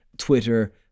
Twitter